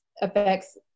affects